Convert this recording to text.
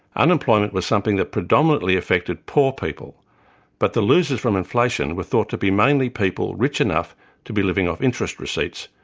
unemployment was something that predominantly affected poor people but the losers from inflation were thought to be mainly people rich enough to be living off interest receipts,